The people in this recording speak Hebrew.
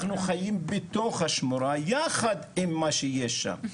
אנחנו חיים בתוך השמורה יחד עם מה שיש שם.